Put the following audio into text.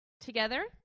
together